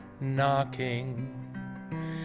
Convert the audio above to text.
knocking